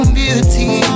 beauty